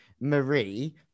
Marie